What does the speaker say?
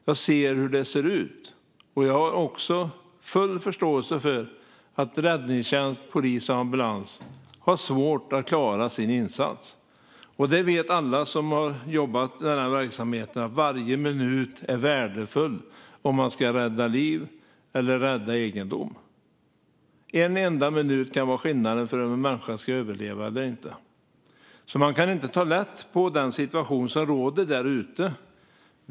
Jag ser hur det ser ut, och jag har full förståelse för att räddningstjänst, polis och ambulans har svårt att klara sin insats. Alla som har jobbat i denna verksamhet vet att varje minut är värdefull om man ska rädda liv eller egendom. En enda minut kan vara skillnaden för om en människa ska överleva eller inte. Man kan inte ta lätt på den situation som råder där ute.